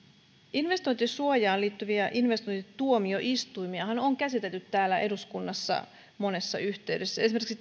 investointisuojaan liittyviä investointituomioistuimiahan on käsitelty täällä eduskunnassa monessa yhteydessä esimerkiksi